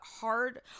hard